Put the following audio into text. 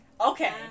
Okay